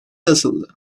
nasıldı